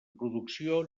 producció